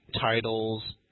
titles